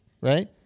right